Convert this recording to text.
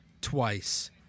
twice